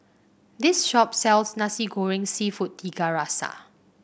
this shop sells Nasi Goreng seafood Tiga Rasa